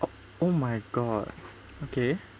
oh my god okay